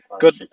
good